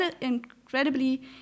incredibly